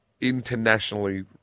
internationally